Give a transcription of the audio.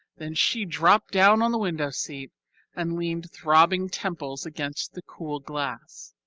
then she dropped down on the window seat and leaned throbbing temples against the cool glass.